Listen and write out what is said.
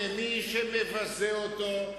שמי שמבזה אותו,